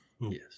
Yes